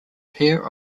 pair